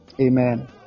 Amen